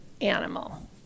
animal